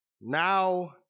now